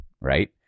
right